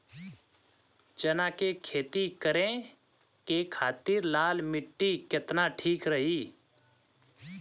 चना के खेती करे के खातिर लाल मिट्टी केतना ठीक रही?